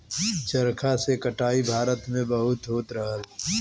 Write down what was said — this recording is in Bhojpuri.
चरखा से कटाई भारत में बहुत होत रहल